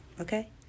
okay